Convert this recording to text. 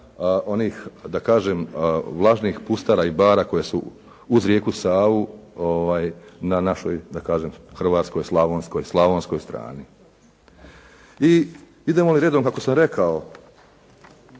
onih vlažnih pustara i bara koje su uz rijeku Savu na našoj hrvatskoj, slavonskoj strani. I idemo li redom kako sam rekao,